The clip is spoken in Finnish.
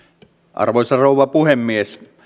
arvoisa rouva puhemies